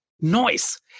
noise